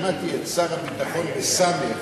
שמעתי את שר הביטחון, בסמ"ך,